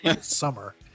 summer